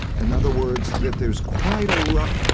in other words, that there's quite a lot,